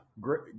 great